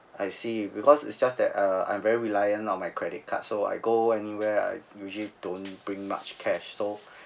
I see because it's just that uh I'm very reliant on my credit card so I go anywhere I usually don't bring much cash so